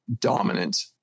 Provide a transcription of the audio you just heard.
dominant